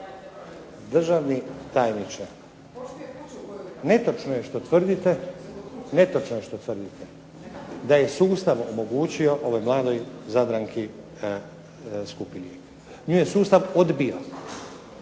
je što tvrdite, netočno je što tvrdite, da je sustav omogućio ovoj mladoj zadranki skupi lijek. Njoj je sustav odbio.